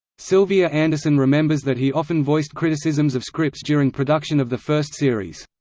sylvia anderson remembers that he often voiced criticisms of scripts during production of the first series.